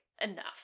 enough